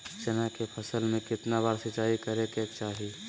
चना के फसल में कितना बार सिंचाई करें के चाहि?